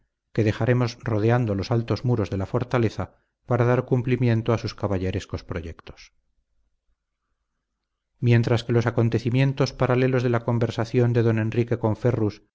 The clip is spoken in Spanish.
que dejaremos rodeando los altos muros de la fortaleza para dar cumplimiento a sus caballerescos proyectos mientras que los acontecimientos paralelos de la conversación de don enrique con ferrus